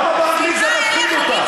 למה באנגלית זה מפחיד אותך?